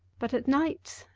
but at night,